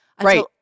Right